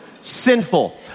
Sinful